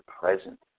present